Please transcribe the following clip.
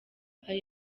hari